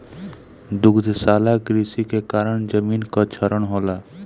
दुग्धशाला कृषि के कारण जमीन कअ क्षरण होला